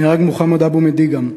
נהרג מוחמד אבו-מדיגם,